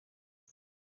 www